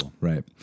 Right